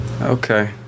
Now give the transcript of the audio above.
Okay